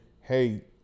hey